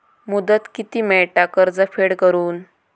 मुदत किती मेळता कर्ज फेड करून?